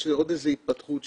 יש עוד איזו התפתחות.